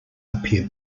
appear